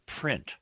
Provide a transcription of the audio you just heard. print